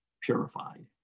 purified